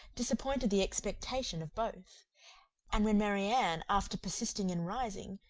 disappointed the expectation of both and when marianne, after persisting in rising,